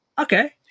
Okay